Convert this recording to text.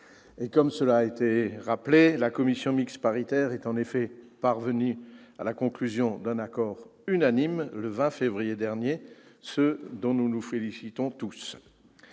Comme cela a été rappelé, la commission mixte paritaire est en effet parvenue à la conclusion d'un accord unanime le 20 février dernier, ce dont nous nous félicitons tous.